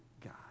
God